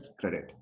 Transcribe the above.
credit